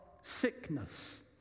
sickness